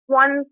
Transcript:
one